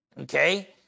Okay